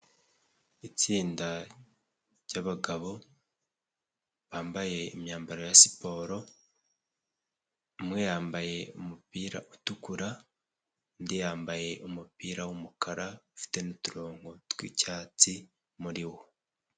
Itsinda ry'abagabo bambaye imyambaro ya siporo, umwe yambaye umupira utukura, undi yambaye umupira w'umukara ufite n'uturongo tw'icyatsi muriwo.